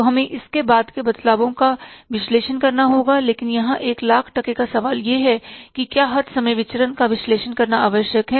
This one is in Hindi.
तो हमें इसके बाद के बदलावों का विश्लेषण करना होगा लेकिन यहाँ एक लाख टके का सवाल यह है कि क्या हर समय विचरन का विश्लेषण करना आवश्यक है